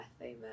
Amen